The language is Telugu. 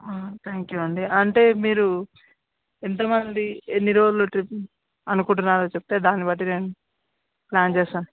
థ్యాంక్ యూ అండి అంటే మీరు ఎంతమంది ఎన్ని రోజులు ట్రిప్ అనుకుంటున్నారో చెప్తే దాన్ని బట్టి నేను ప్లాన్ చేస్తాను